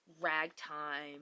Ragtime